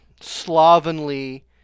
slovenly